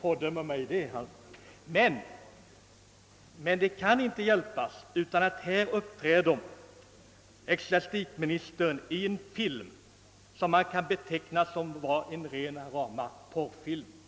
pådyvlar mig — men det kan inte hjälpas att ecklesiastikministern uppträder i en film som måste betecknas som rena rama porrfilmen.